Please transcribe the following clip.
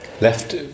Left